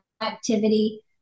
activity